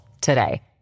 today